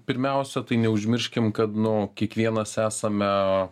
pirmiausia tai neužmirškim kad nu kiekvienas esame